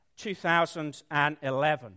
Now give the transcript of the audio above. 2011